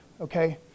okay